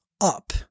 up